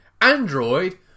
Android